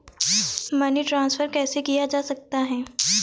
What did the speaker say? Money transfer कैसे किया जा सकता है?